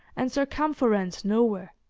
and circumference nowhere.